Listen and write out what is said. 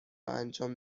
انجام